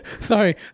Sorry